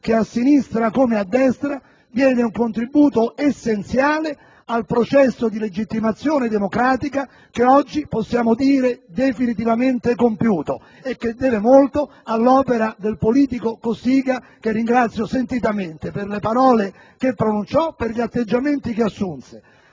che, a sinistra come a destra, diede un contributo essenziale al processo di legittimazione democratica che oggi possiamo dire definitivamente compiuto e che deve molto all'opera del politico Cossiga che ringrazio sentitamente per le parole che pronunciò, per gli atteggiamenti che assunse,